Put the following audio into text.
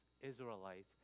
Israelites